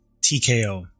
TKO